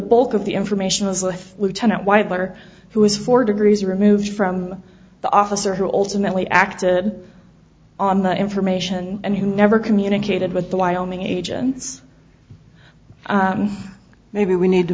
bulk of the information was a lieutenant wide letter who was four degrees removed from the officer who ultimately acted on that information and who never communicated with the wyoming agents maybe we need to